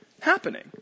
happening